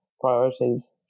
priorities